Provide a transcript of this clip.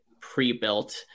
pre-built